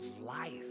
life